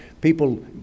people